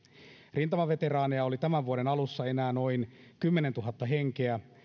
rintamaveteraaneja oli tämän vuoden alussa enää noin kymmenentuhatta henkeä